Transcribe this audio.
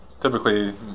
Typically